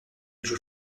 joue